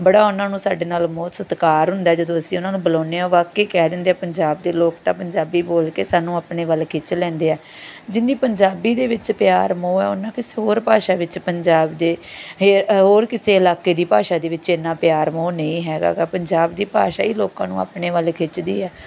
ਬੜਾ ਉਹਨਾਂ ਨੂੰ ਸਾਡੇ ਨਾਲ ਮੋਹ ਸਤਿਕਾਰ ਹੁੰਦਾ ਜਦੋਂ ਅਸੀਂ ਉਹਨਾਂ ਨੂੰ ਬੁਲਾਉਂਦੇ ਹਾਂ ਵਾਕਈ ਕਹਿ ਦਿੰਦੇ ਆ ਪੰਜਾਬ ਦੇ ਲੋਕ ਤਾਂ ਪੰਜਾਬੀ ਬੋਲ ਕੇ ਸਾਨੂੰ ਆਪਣੇ ਵੱਲ ਖਿੱਚ ਲੈਂਦੇ ਆ ਜਿੰਨਾ ਪੰਜਾਬੀ ਦੇ ਵਿੱਚ ਪਿਆਰ ਮੋਹ ਹੈ ਓਨਾਂ ਕਿਸੇ ਹੋਰ ਭਾਸ਼ਾ ਵਿੱਚ ਪੰਜਾਬ ਦੇ ਹੋਰ ਹੋਰ ਕਿਸੇ ਇਲਾਕੇ ਦੀ ਭਾਸ਼ਾ ਦੇ ਵਿੱਚ ਇੰਨਾ ਪਿਆਰ ਮੋਹ ਨਹੀਂ ਹੈਗਾ ਹੈਗਾ ਪੰਜਾਬ ਦੀ ਭਾਸ਼ਾ ਹੀ ਲੋਕਾਂ ਨੂੰ ਆਪਣੇ ਵੱਲ ਖਿੱਚਦੀ ਹੈ